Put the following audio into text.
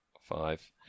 Five